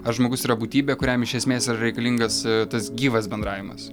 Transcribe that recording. ar žmogus yra būtybė kuriam iš esmės yra reikalingas tas gyvas bendravimas